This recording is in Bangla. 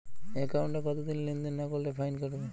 একাউন্টে কতদিন লেনদেন না করলে ফাইন কাটবে?